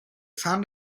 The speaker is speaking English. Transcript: found